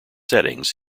settings